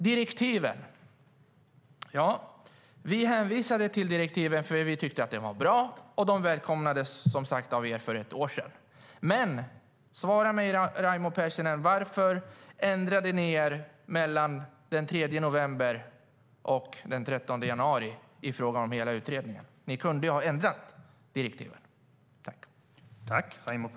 Men svara mig, Raimo Pärssinen, varför ni ändrade er mellan den 3 november och den 13 januari i fråga om hela utredningen. Ni kunde ha ändrat direktiven.